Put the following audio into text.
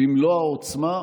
במלוא העוצמה,